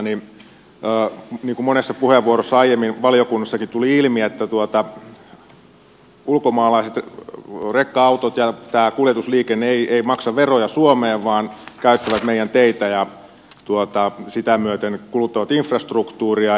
niin kuin monessa puheenvuorossa aiemmin valiokunnassakin tuli ilmi ulkomaalaiset rekka autot ja tämä kuljetusliikenne eivät maksa veroja suomeen vaan käyttävät meidän teitä ja sitä myöten kuluttavat infrastruktuuria